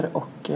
och